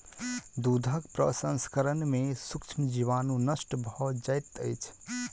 दूधक प्रसंस्करण में सूक्ष्म जीवाणु नष्ट भ जाइत अछि